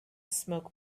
smoke